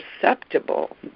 perceptible